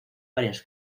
varias